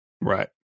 Right